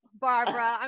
barbara